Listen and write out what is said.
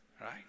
right